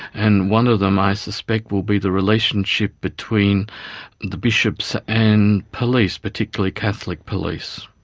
and one of them i suspect will be the relationship between the bishops and police, particularly catholic police.